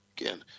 again